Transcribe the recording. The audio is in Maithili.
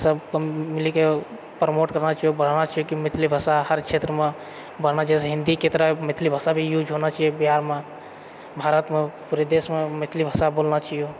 सब केओ मिलिके प्रमोट करना चाहिए बढ़ाना चाहिए कि मैथिली भाषा हर क्षेत्रमे बढ़ना जैसे हिन्दीके तरह मैथिली भाषा भी यूज होना चाहिए बिहारमे भारतमे पूरे देशमे मैथिली भाषा बोलना चाहिए